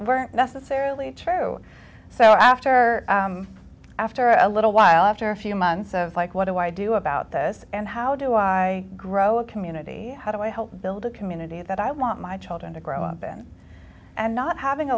weren't necessarily true so after after a little while after a few months of like what do i do about this and how do i grow a community how do i help build a community that i want my children to grow up in and not having a